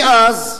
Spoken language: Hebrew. מאז,